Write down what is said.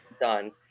done